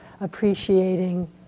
appreciating